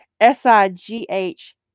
S-I-G-H